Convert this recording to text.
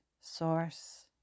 source